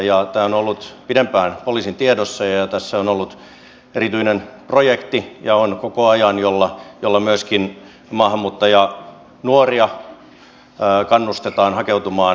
tämä on ollut jo pidempään poliisin tiedossa ja tässä on ollut ja on koko ajan erityinen projekti jolla myöskin maahanmuuttajanuoria kannustetaan hakeutumaan poliisiopintoihin